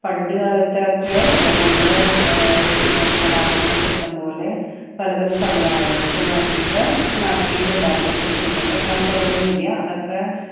പണ്ടുകാലത്തൊക്കെ നമ്മുടെ കലാപങ്ങളൊക്കെ ഇഷ്ടം പോലെ പല പല സമുദായങ്ങൾക്ക് വേണ്ടിയിട്ട് നടത്തിയിട്ടുണ്ടായിരുന്നു പക്ഷേ ഇന്നത്തെക്കാലത്തതൊന്നുമില്ല അതൊക്കെ